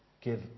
give